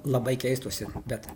labai keistųsi bet